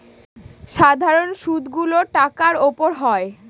সাধারন সুদ গুলো টাকার উপর হয়